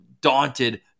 daunted